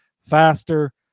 faster